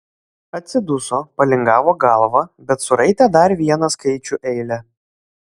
atsiduso palingavo galvą bet suraitė dar vieną skaičių eilę